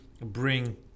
bring